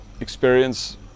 experience